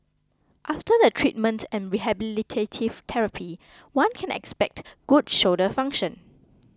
after the treatment and rehabilitative therapy one can expect good shoulder function